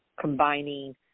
combining